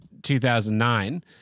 2009